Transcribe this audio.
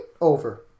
Over